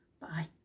Bye